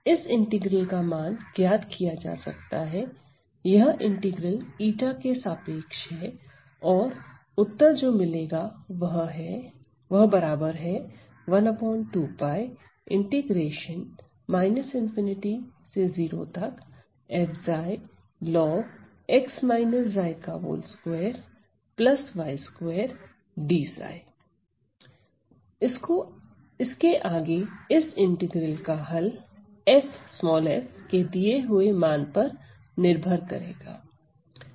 इस इंटीग्रल का मान ज्ञात किया जा सकता है यह इंटीग्रल 𝞰 के सापेक्ष है और उत्तर जो मिलेगा वह है इसके आगे इस इंटीग्रल का हल f के दिए हुए मान पर निर्भर करेगा